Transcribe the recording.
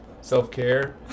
self-care